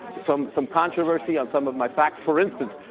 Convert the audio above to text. some some controversy, on some of my facts. for instance,